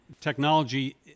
Technology